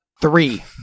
Three